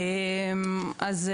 אז,